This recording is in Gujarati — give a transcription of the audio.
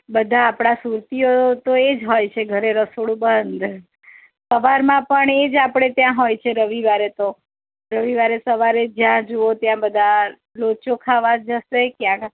બધાં આપણા સુરતીઓ તો એજ હોય છે ઘરે રસોડું બંધ સાવરમાં પણ એજ આપણે ત્યાં હોય છે રવિવારે તો રવિવારે સવારે જ્યાં જુઓ ત્યાં બધા લોચો ખાવા જશે ક્યાં